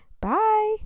Bye